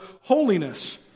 holiness